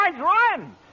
run